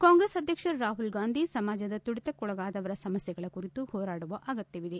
ಕಾಂಗ್ರೆಸ್ ಅಧ್ಯಕ್ಷ ರಾಹುಲ್ ಗಾಂಧಿ ಸಮಾಜದ ತುಳಿತಕ್ಕೊಳಗಾದವರ ಸಮಸ್ಕೆಗಳ ಕುರಿತು ಹೋರಾಡುವ ಅಗತ್ತವಿದೆ